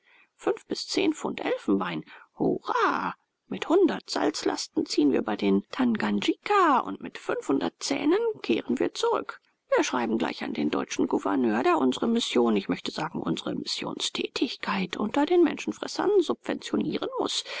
fünf bis zehn pfund elfenbein hurra mit hundert salzlasten ziehen wir über den tanganjika und mit fünfhundert zähnen kehren wir zurück wir schreiben gleich an den deutschen gouverneur der unsre mission ich möchte sagen unsre missionstätigkeit unter den menschenfressern subventionieren muß